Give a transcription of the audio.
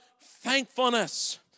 thankfulness